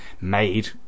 made